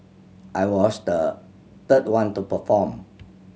I was the third one to perform